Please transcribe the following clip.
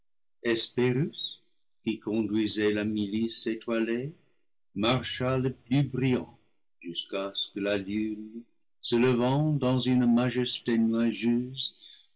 hespérus qui conduisait la milice étoilée marcha le plus brillant jusqu'à ce que la lune se levant dans une majesté nuageuse